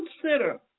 consider